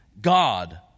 God